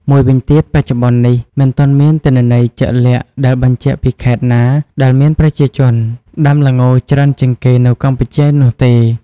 មួយវិញទៀត បច្ចុប្បន្ននេះ មិនទាន់មានទិន្នន័យជាក់លាក់ដែលបញ្ជាក់ពីខេត្តណាដែលមានប្រជាជនដាំល្ងច្រើនជាងគេនៅកម្ពុជានោះទេ។